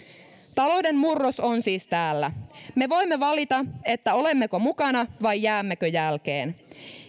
talouden murros on siis täällä me voimme valita olemmeko mukana vai jäämmekö jälkeen